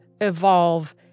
evolve